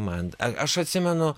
man aš atsimenu